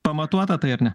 pamatuota tai ar ne